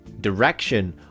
direction